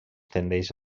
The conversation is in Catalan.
tendeix